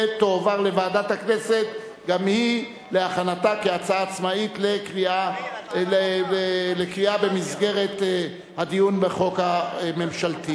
וגם היא תצורף כעצמאית לדיון בוועדת הכנסת.